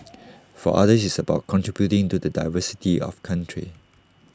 for others it's about contributing to the diversity of country